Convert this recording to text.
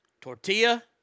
Tortilla